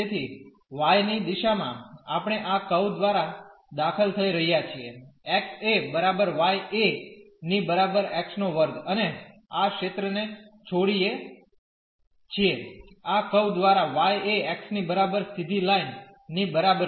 તેથી y ની દિશામાં આપણે આ કર્વ દ્વારા દાખલ થઈ રહ્યા છીએ x એ બરાબર y એ ની બરાબર x2 અને આ ક્ષેત્રને છોડીને છીએ આ કર્વ દ્વારા y એ x ની બરાબર સીધી લાઇન ની બરાબર છે